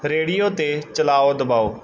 radio 'ਤੇ ਚਲਾਓ ਦਬਾਓ